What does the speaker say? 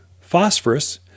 phosphorus